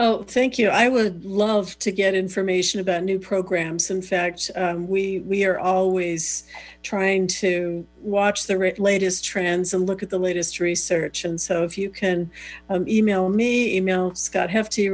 oh thank you i would love to get information about new programs in fact we we are always trying to watch the latest trends and look at the latest research and so if you can email me emails got h